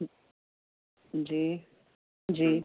جی جی